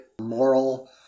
moral